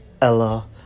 Ella